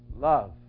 Love